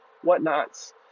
whatnots